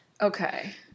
Okay